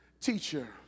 teacher